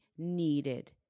needed